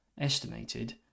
estimated